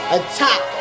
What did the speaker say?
Attack